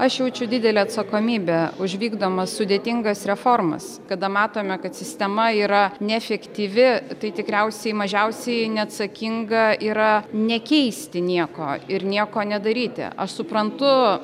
aš jaučiu didelę atsakomybę už vykdomas sudėtingas reformas kada matome kad sistema yra neefektyvi tai tikriausiai mažiausiai neatsakinga yra nekeisti nieko ir nieko nedaryti aš suprantu